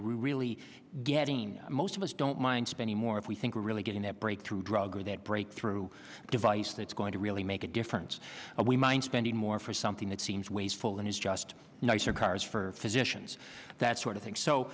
really getting most of us don't mind spending more if we think we're really getting that breakthrough drug or that breakthrough device that's going to really make a difference we mind spending more for something that seems wasteful and is just nicer cars for physicians that sort of thing so